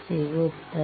ಸಿಗುತ್ತದೆ